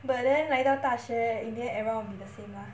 but then 来到大学 in the end everyone will be the same lah